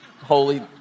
holy